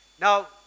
Now